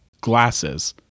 glasses